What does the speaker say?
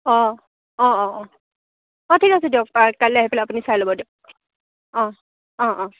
অঁ অঁ অঁ অঁ অঁ ঠিক আছে দিয়ক কাইলে আহি পেলাই আপুনি চাই ল'ব দিয়ক অঁ অঁ অঁ